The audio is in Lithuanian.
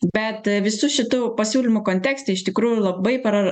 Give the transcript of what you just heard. bet visų šitų pasiūlymų kontekste iš tikrųjų labai prar